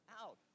out